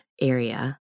area